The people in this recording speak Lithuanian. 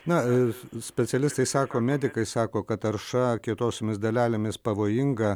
na specialistai sako medikai sako kad tarša kietosiomis dalelėmis pavojinga